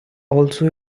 also